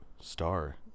Star